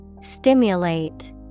Stimulate